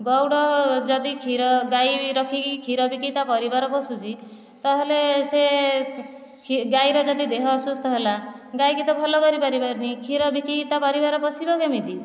ଗଉଡ଼ ଯଦି କ୍ଷୀର ଗାଈ ରଖିକି କ୍ଷୀର ବିକିକି ତା ପରିବାର ପୋଷୁଛି ତାହେଲେ ସେ କ୍ଷି ଗାଈର ଯଦି ଦେହ ଅସୁସ୍ଥ ହେଲା ଗାଈକି ତ ଭଲ କରିପାରିବନି କ୍ଷୀର ବିକିକି ତା ପରିବାର ପୋଷିବ କେମିତି